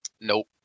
Nope